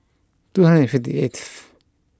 two hundred and fifty eighth